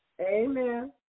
Amen